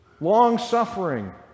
long-suffering